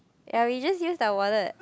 ya we just used our wallet